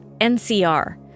NCR